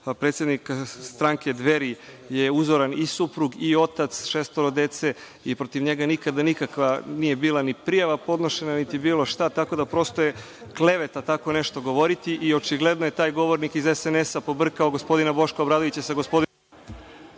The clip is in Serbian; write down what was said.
Predsednik stranke Dveri je uzoran i suprug i otac šestoro dece i protiv njega nikada nikakva nije bila ni prijava podnošena, niti bilo šta, tako da prosto je kleveta tako nešto govoriti i očigledno je taj govornik iz SNS pobrkao gospodina Boška Obradovića sa gospodinom…